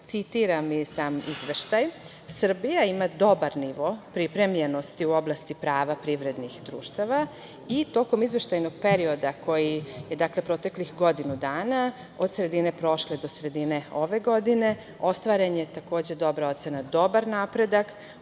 citiram i sam Izveštaj – Srbija ima dobar nivo pripremljenosti u oblasti prava privrednih društava i tokom izveštajnog perioda koji je proteklih godinu dana od sredine prošle do sredine ove godine, ostvarena je takođe dobra ocena, dobar napredak